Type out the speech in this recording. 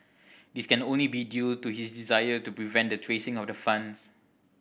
this can only be due to his desire to prevent the tracing of the funds